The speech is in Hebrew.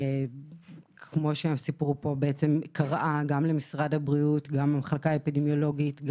שלי, שקראה למשרד הבריאות, למחלקה האפידמיולוגית,